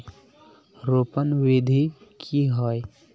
रोपण विधि की होय?